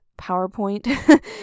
PowerPoint